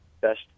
best